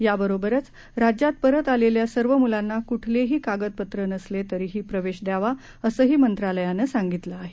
याबरोबरच राज्यात परत आलेल्या सर्व मुलांना कुठलेही कागदपत्र नसले तरीही प्रवेश द्यावा असेही मंत्रालयाने सांगितले आहे